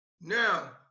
Now